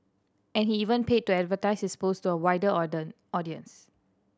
and he even paid to advertise his post to a wider audience